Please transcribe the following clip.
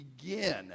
begin